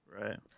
Right